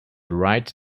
write